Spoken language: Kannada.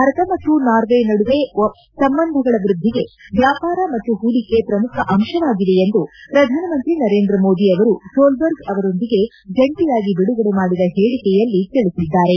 ಭಾರತ ಮತ್ತು ನಾರ್ವೆ ನಡುವೆ ಸಂಬಂಧಗಳ ವೃದ್ದಿಗೆ ವ್ಯಾಪಾರ ಮತ್ತು ಹೂಡಿಕೆ ಪ್ರಮುಖ ಅಂಶವಾಗಿದೆ ಎಂದು ಪ್ರಧಾನಿ ಮೋದಿ ಅವರು ಸೋಲ್ಲರ್ಗ್ ಅವರೊಂದಿಗೆ ಜಂಟಿಯಾಗಿ ಬಿಡುಗಡೆ ಮಾಡಿದ ಹೇಳಕೆಯಲ್ಲಿ ತಿಳಿಸಿದ್ದಾರೆ